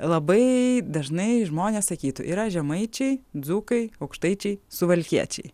labai dažnai žmonės sakytų yra žemaičiai dzūkai aukštaičiai suvalkiečiai